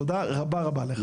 תודה רבה לך.